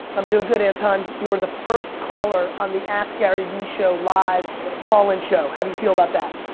i'm doing good, anton. you are the first caller on the askgaryvee show live call in show. how do you feel about that?